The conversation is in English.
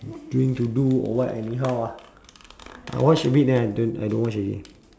drink to do or what anyhow ah I watch a bit then I don't I don't watch already